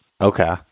Okay